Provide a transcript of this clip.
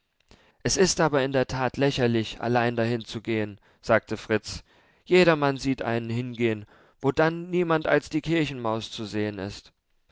es ist aber in der tat lächerlich allein dahin zu gehen sagte fritz jedermann sieht einen hingehen wo dann niemand als die kirchenmaus zu sehen ist